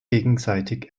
gegenseitig